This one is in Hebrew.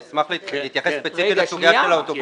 אני אשמח להתייחס ספציפית לסוגיה של האוטובוסים.